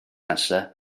nesaf